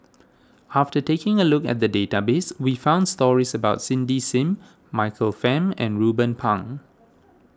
after taking a look at the database we found stories about Cindy Sim Michael Fam and Ruben Pang